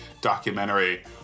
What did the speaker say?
documentary